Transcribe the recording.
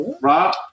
Rob